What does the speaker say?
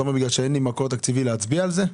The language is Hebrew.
שזה בגלל שאין לי מקור תקציבי להצביע על זה?